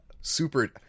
super